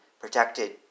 protected